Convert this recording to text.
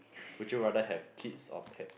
would you rather have kids or pet